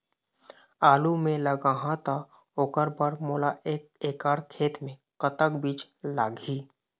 आलू मे लगाहा त ओकर बर मोला एक एकड़ खेत मे कतक बीज लाग ही?